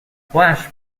flash